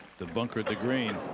the bunker. the green.